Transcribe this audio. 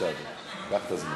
בבקשה, אדוני, קח את הזמן.